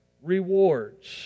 Rewards